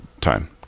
time